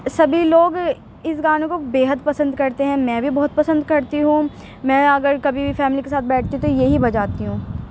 سبھی لوگ اس گانے کو بےحد پسند کرتے ہیں میں بھی بہت پسند کرتی ہوں میں اگر کبھی فیملی کے ساتھ بیٹھی ہوں تو یہی بجاتی ہوں